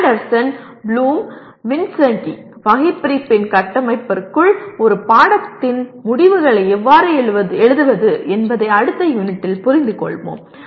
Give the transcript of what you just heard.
Anderson Bloom வின்சென்டி வகைபிரிப்பின் கட்டமைப்பிற்குள் ஒரு பாடத்தின் முடிவுகளை எவ்வாறு எழுதுவது என்பதை அடுத்த யூனிட்டில் புரிந்துகொள்வோம்